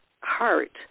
heart